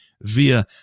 via